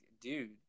dude